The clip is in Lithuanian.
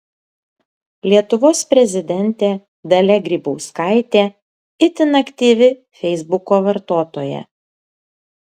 lietuvos prezidentė dalia grybauskaitė itin aktyvi feisbuko vartotoja